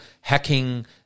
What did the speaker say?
hacking